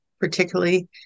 particularly